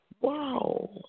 wow